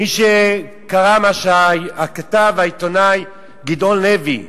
מי שקרא מה שכתב העיתונאי גדעון לוי באוניברסיטה,